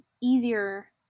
easier